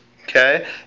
okay